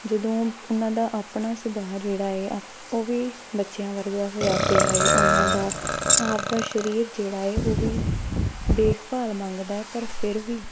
ਜਦੋਂ ਉਹਨਾਂ ਦਾ ਆਪਣਾ ਸੁਭਾਅ ਜਿਹੜਾ ਹੈ ਅਪ ਉਹ ਵੀ ਬੱਚਿਆਂ ਵਰਗਾ ਹੋਇਆ ਪਿਆ ਹੈ ਉਹਨਾਂ ਦਾ ਆਪਦਾ ਸਰੀਰ ਜਿਹੜਾ ਹੈ ਉਹ ਵੀ ਦੇਖਭਾਲ ਮੰਗਦਾ ਹੈ ਪਰ ਫਿਰ ਵੀ